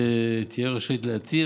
תהיה רשאית להתיר,